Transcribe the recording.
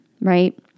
right